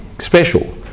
Special